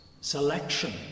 selection